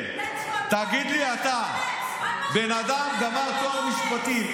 תגיד לי אתה: בן אדם גמר תואר במשפטים,